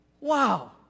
Wow